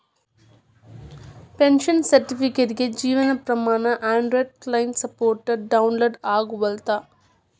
pension ಸರ್ಟಿಫಿಕೇಟ್ಗೆ Jeevan Pramaan Android client software download ಆಗವಲ್ತು